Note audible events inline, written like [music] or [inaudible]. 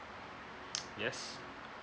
[noise] yes